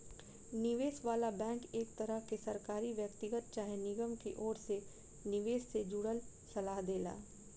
निवेश वाला बैंक एक तरह के सरकारी, व्यक्तिगत चाहे निगम के ओर से निवेश से जुड़ल सलाह देला